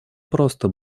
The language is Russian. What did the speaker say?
просто